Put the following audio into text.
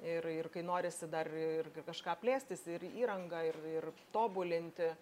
ir ir kai norisi dar ir kažką plėstis ir įranga ir ir tobulinti